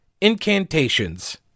incantations